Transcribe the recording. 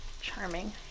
charming